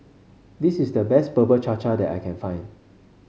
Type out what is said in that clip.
this is the best Bubur Cha Cha that I can find